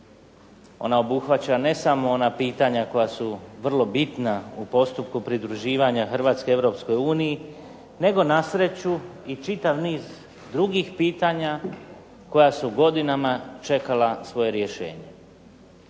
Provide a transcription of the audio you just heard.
ona obuhvaća ne samo ona pitanja koja su vrlo bitna u postupku pridruživanja Hrvatske Europskoj uniji nego na sreću i čitav niz drugih pitanja koja su godinama čekala svoje rješenje.